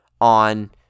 on